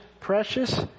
precious